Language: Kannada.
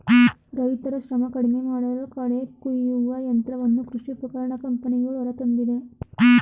ರೈತರ ಶ್ರಮ ಕಡಿಮೆಮಾಡಲು ಕಳೆ ಕುಯ್ಯುವ ಯಂತ್ರವನ್ನು ಕೃಷಿ ಉಪಕರಣ ಕಂಪನಿಗಳು ಹೊರತಂದಿದೆ